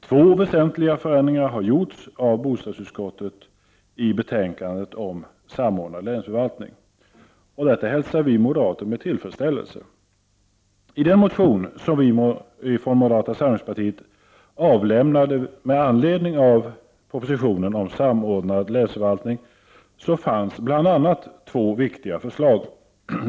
Två väsentliga förändringar har gjorts av bostadsutskottet i betänkandet om samordnad länsförvaltning. Detta hälsar vi moderater med tillfredsställelse. I den motion som moderata samlingspartiet avlämnade med anledning av propositionen om samordnad länsförvaltning fanns bl.a. två viktiga förslag.